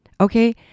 Okay